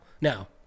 now